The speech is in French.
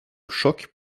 choc